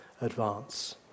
advance